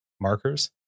markers